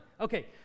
Okay